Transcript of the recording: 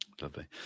Lovely